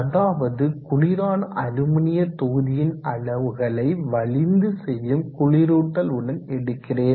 அதாவது குளிரான அலுமினிய தொகுதியின் அளவுகளை வலிந்து செய்யும் குளிரூட்டல் உடன் எடுக்கிறேன்